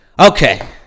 Okay